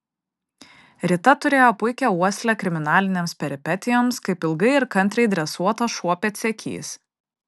rita turėjo puikią uoslę kriminalinėms peripetijoms kaip ilgai ir kantriai dresuotas šuo pėdsekys